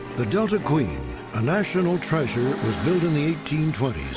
the delta queen a national treasure was built in the eighteen twenty s.